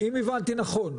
אם הבנתי נכון.